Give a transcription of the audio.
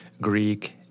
Greek